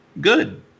good